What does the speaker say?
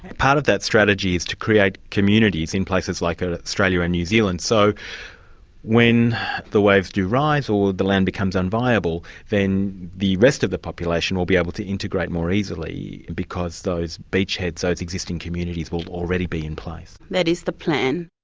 part of that strategy is to create communities in places like ah australia and new zealand, so when the waves do rise, or the land becomes unviable, then the rest of the population will be able to integrate more easily because those beachheads, so those existing communities will already be in place. that is the plan.